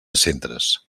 centres